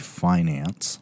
finance